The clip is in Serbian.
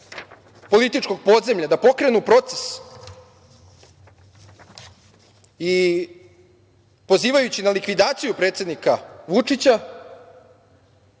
političkog podzemlja da pokrenu proces i pozivajući na likvidaciju predsednika Vučića,